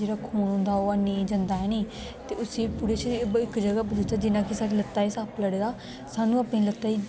जेहडा खून होंदा ओह् है नी जंदा है नी ते उसी इक जगह उपर जियां कि साढ़ी लत्ता गी सप्प लड़ै दा होऐ सानू अपनी लत्तै गी